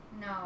No